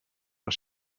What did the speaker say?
but